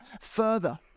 further